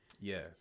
Yes